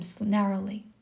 narrowly